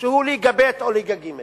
שהוא ליגה ב' או ליגה ג'.